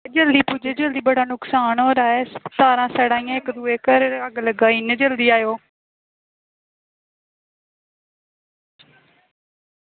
जल्दी पुज्जो जल्दी बड़ा नकसान होआ दा ऐ तारां सड़ा दियां इक दूए घर अग्ग लग्गा दी इन्नी जल्दी आएओ